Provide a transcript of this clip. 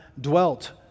dwelt